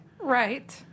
Right